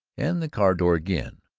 and the car door again.